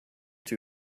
two